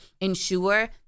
ensure